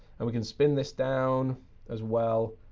and we can spin this down as well,